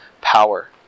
power